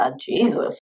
jesus